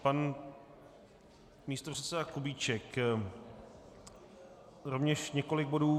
Pan místopředseda Kubíček rovněž několik bodů.